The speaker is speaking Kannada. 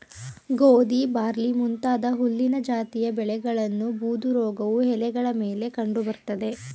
ಗೋಧಿ ಬಾರ್ಲಿ ಮುಂತಾದ ಹುಲ್ಲಿನ ಜಾತಿಯ ಬೆಳೆಗಳನ್ನು ಬೂದುರೋಗವು ಎಲೆಗಳ ಮೇಲೆ ಕಂಡು ಬರ್ತದೆ